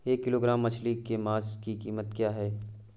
एक किलोग्राम मछली के मांस की कीमत क्या है?